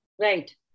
Right